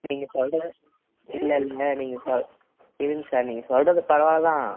நீங்கள் சொல்வது இல்லைல்ல நீங்கள் சொல் இருங்க சார் நீங்கள் சொல்வது பரவாயில்ல தான்